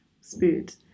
spirit